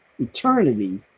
eternity